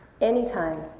anytime